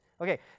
Okay